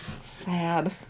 Sad